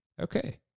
Okay